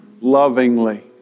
lovingly